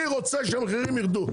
אני רוצה שהמחירים ירדו,